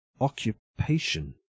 Occupation